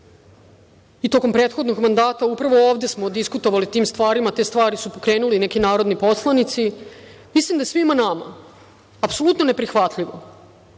i tokom prethodnog mandata, upravo ovde smo diskutovali o tim stvarima, te stvari su pokrenuli neki narodni poslanici, mislim da je svima nama apsolutno neprihvatljivo